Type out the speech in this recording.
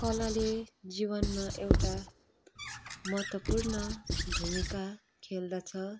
कलाले जीवनमा एउटा महत्त्वपूर्ण भूमिका खेल्दछ